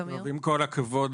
עם כל הכבוד,